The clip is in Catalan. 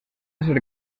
ser